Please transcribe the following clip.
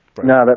No